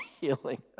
healing